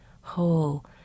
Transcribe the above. Whole